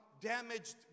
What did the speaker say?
damaged